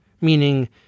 meaning